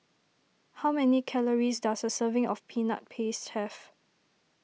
how many calories does a serving of Peanut Paste have